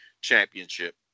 championship